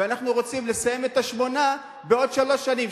ואנחנו רוצים לסיים את השמונה בעוד שלוש שנים,